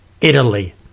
Italy